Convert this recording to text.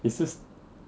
it's just